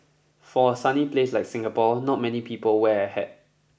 for a sunny place like Singapore not many people wear a hat